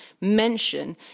mention